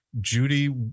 Judy